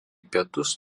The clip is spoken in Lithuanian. pietus